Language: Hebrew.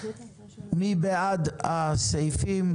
מי בעד הסעיפים?